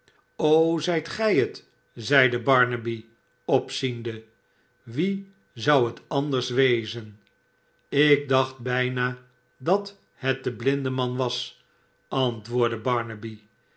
zijt gij het zeide barnaby opziende wie zou het anders wezen ik dacht bijna dat het de blindeman was antwoordde